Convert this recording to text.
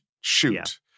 shoot